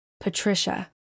Patricia